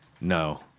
No